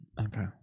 Okay